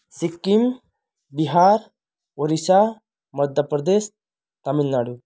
Sikkim Bihar Odisha Madhya Pradesh Tamil Nadu